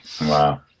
Wow